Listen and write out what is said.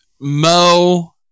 Mo